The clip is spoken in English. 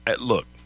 Look